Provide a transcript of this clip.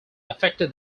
affected